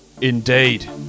indeed